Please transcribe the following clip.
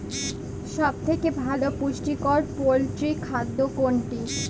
সব থেকে ভালো পুষ্টিকর পোল্ট্রী খাদ্য কোনটি?